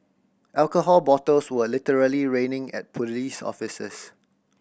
alcohol bottles were literally raining at police officers